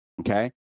okay